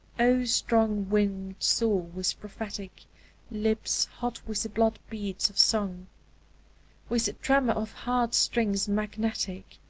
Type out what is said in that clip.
o strong-winged soul with prophetic lips hot with the blood-beats of song with tremor of heart-strings magnetic,